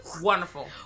Wonderful